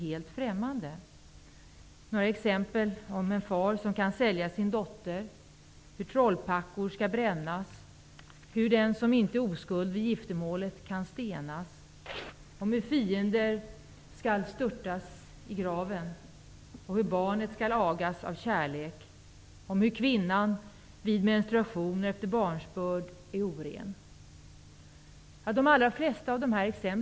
Det finns exempel på en far som kan sälja sin dotter, hur trollpackor skall brännas, hur den som inte är oskuld vid giftermålet kan stenas, hur fiender skall störtas i graven, hur barnet skall agas av kärlek och att kvinnan är oren vid menstruation efter barnsbörd. Listan kan göras mycket längre.